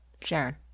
sharon